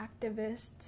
activists